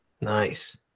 Nice